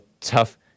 tough